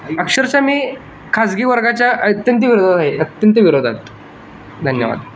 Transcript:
अक्षरशः मी खासगी वर्गाच्या अत्यंती विरोध आहे अत्यंत विरोधात धन्यवाद